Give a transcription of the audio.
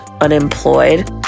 unemployed